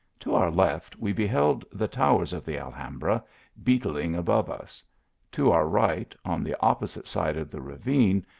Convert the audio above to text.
to our left, we beheld the towers of the alhambra beetling above us to our right, on the opposite side of the ravine,